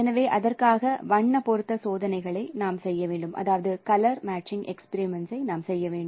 எனவே அதற்காக வண்ண பொருத்த சோதனைகளை நாம் செய்ய வேண்டும்